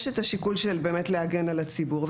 ישנו השיקול של הגנה על הציבור,